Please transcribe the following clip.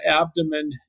abdomen